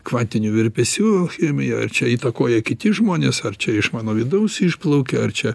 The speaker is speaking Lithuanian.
kvantinių virpesių chemija ar čia įtakoja kiti žmonės ar čia iš mano vidaus išplaukia ar čia